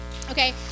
Okay